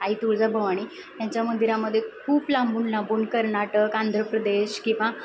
आई तुळजाभवानी यांच्या मंदिरामध्ये खूप लांबून लांबून कर्नाटक आंध्र प्रदेश किंवा